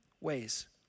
ways